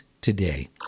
today